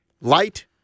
Light